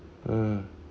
hmm